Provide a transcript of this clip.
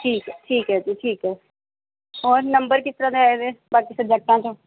ਠੀਕ ਹੈ ਠੀਕ ਹੈ ਜੀ ਠੀਕ ਹੈ ਹੋਰ ਨੰਬਰ ਕਿਸ ਤਰ੍ਹਾਂ ਦੇ ਆਏ ਵੇ ਬਾਕੀ ਸਬਜੈਕਟਾਂ 'ਚੋਂ